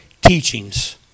teachings